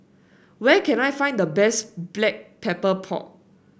where can I find the best Black Pepper Pork